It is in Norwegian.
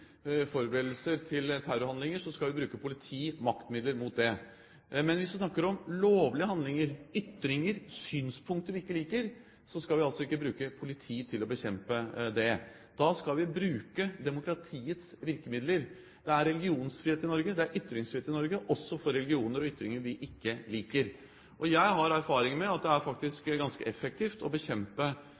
forberedelser til terrorhandlinger, skal vi bruke politi og maktmidler mot det. Men hvis vi snakker om lovlige handlinger – ytringer, synspunkter vi ikke liker – skal vi ikke bruke politi til å bekjempe det. Da skal vi bruke demokratiets virkemidler. Det er religionsfrihet i Norge, det er ytringsfrihet i Norge, også når det gjelder religioner og ytringer vi ikke liker. Jeg har erfaringer med at det faktisk er ganske effektivt å bekjempe